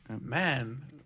Man